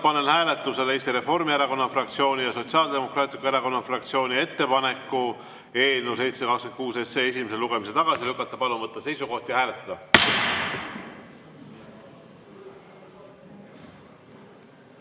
panen hääletusele Eesti Reformierakonna fraktsiooni ja Sotsiaaldemokraatliku Erakonna fraktsiooni ettepaneku eelnõu 726 esimesel lugemisel tagasi lükata. Palun võtta seisukoht ja hääletada!